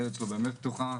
הדלת שלו באמת פתוחה,